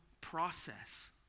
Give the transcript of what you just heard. process